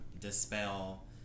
dispel